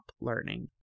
learning